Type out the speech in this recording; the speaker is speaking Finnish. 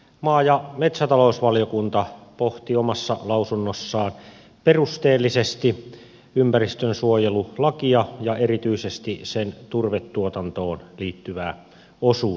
maa ja metsätalousvaliokunta pohti omassa lausunnossaan perusteellisesti ympäristönsuojelulakia ja erityisesti sen turvetuotantoon liittyvää osuutta